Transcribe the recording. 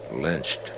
Lynched